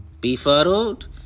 befuddled